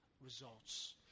results